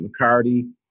mccarty